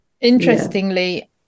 Interestingly